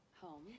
home